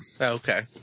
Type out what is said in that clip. Okay